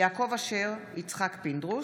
יעקב אשר ויצחק פינדרוס,